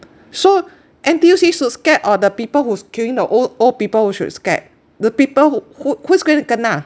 so N_T_U_C should scared or the people who's queueing the old old people who should scared the people who who who is going to kena